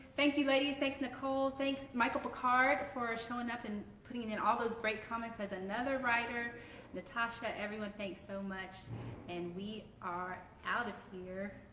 thank you ladies thanks nicole thanks michael pickard! for showing up and putting in all those great comments as another writer natassha everyone thanks so much and we are out of here!